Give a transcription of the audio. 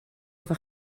efo